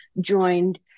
joined